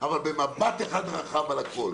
אבל במבט אחד רחב על הכול.